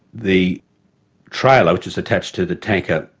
the trailer, which was attached to the tanker,